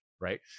Right